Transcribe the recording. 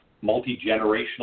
multi-generational